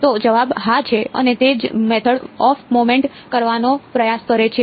તો જવાબ હા છે અને તે જ મેથડ ઓફ મોમેન્ટ કરવાનો પ્રયાસ કરે છે